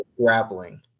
grappling